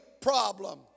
problem